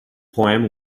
poem